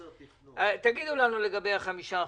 תגידו לנו לגבי החמישה החדשים.